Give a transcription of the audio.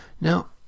Now